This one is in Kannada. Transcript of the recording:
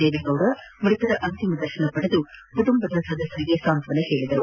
ದೇವೇಗೌಡ ಮೃತರ ಅಂತಿಮ ದರ್ಶನ ಪಡೆದು ಕುಟುಂಬ ಸದಸ್ಯರಿಗೆ ಸಾಂತ್ವನ ಹೇಳಿದರು